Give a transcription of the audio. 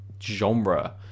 genre